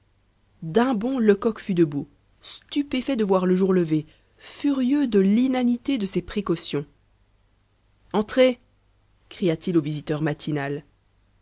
d'un bond lecoq fut debout stupéfait de voir le jour levé furieux de l'inanité de ses précautions entrez cria-t-il au visiteur matinal